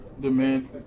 demand